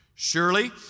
Surely